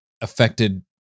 affected